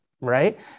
right